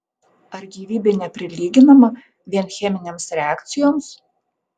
ar gyvybė neprilyginama vien cheminėms reakcijoms